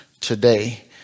today